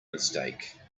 mistake